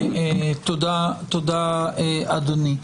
תודה, אדוני.